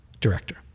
director